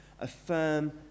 affirm